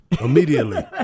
Immediately